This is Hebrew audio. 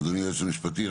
אדוני, היועץ המשפטי.